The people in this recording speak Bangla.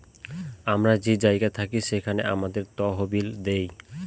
আমরা যে জায়গায় থাকি সেখানে আমাদের তহবিল দেয়